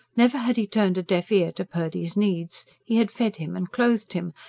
never had he turned deaf ear to purdy's needs he had fed him and clothed him,